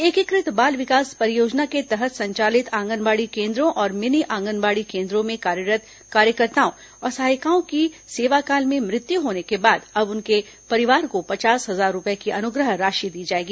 एकीकृत बाल विकास परियोजना के तहत संचालित आंगनबाड़ी केन्द्रों और मिनी आंगनबाड़ी केन्द्रों में कार्यरत कार्यकर्ताओं और सहायिकाओं की सेवा काल में मृत्यु होने के बाद अब उनके परिवार को पचास हजार रूपए की अनुग्रह राशि दी जाएगी